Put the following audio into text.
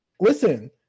listen